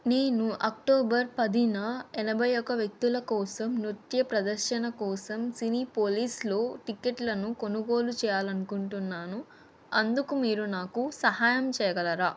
నేను అక్టోబర్ పది ఎనభై ఒక వ్యక్తుల కోసం నృత్య ప్రదర్శన కోసం సినీపోలీస్లో టిక్కెట్లను కొనుగోలు చేయాలి అనుకుంటున్నాను అందుకు మీరు నాకు సహాయం చేయగలరా